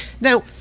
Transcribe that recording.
now